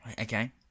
Okay